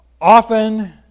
Often